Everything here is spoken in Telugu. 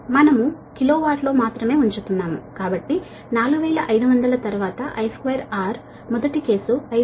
మనము కిలో వాట్ లో మాత్రమే ఉంచుతున్నాము కాబట్టి I2R అప్పుడు 4500 మొదటి కేసు 551